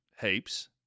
heaps